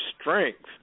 strength